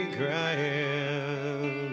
crying